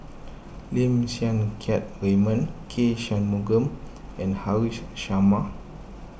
Lim Siang Keat Raymond K Shanmugam and Haresh Sharma